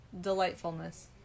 delightfulness